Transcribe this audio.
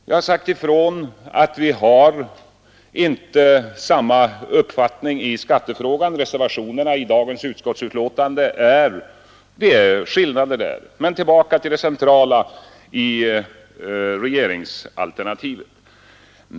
Jag har sagt ifrån att vi inte har samma uppfattning som moderaterna i skattefrågan. Vår inställning är skildrad i reservationerna till dagens utskottsbetänkande Men tillbaka till det centrala i regeringsalternativet.